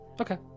Okay